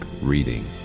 reading